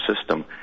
system